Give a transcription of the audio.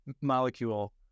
molecule